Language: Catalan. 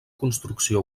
construcció